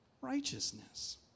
righteousness